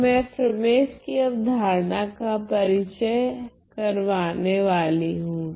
तो मैं फ्रमेस कि अवधारणा का परिचय करवाने वाली हूँ